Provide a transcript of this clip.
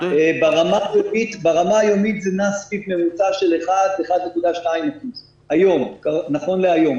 ברמה היומית זה נע סביב 1.2% נכון להיום.